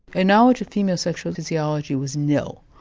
and knowledge of female sexual physiology was nil.